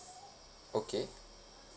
okay